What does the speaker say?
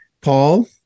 Paul